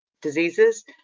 diseases